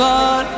on